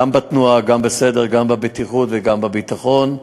גם בתנועה, גם בסדר, גם בבטיחות וגם בביטחון,